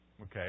Okay